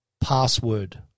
password